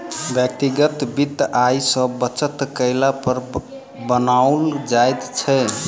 व्यक्तिगत वित्त आय सॅ बचत कयला पर बनाओल जाइत छै